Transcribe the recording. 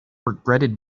regretted